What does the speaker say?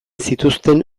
zituzten